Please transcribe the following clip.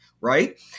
right